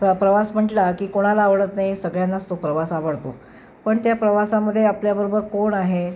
प्र प्रवास म्हटला की कोणाला आवडत नाही सगळ्यांनाच तो प्रवास आवडतो पण त्या प्रवासामध्ये आपल्या बरोबर कोण आहे